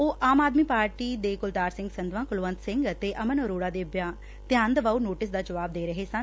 ਉਹ ਆਮ ਆਦਮੀ ਪਾਰਟੀ ਦੇ ਕੁਲਤਾਰ ਸਿੰਘ ਸੰਧਵਾਂ ਕੁਲਵੰਤ ਸਿੰਘ ਅਤੇ ਅਮਨ ਅਰੋੜਾ ਦੇ ਧਿਆਨ ਦਵਾਉ ਨੋਟਿਸ ਦਾ ਜਵਾਬ ਦੇ ਰਹੇ ਸਨ